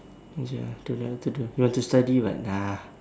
ya to the to the you want to study what ah